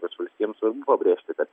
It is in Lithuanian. toms valstijoms svarbu pabrėžti kad